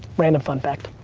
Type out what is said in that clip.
random fun fact.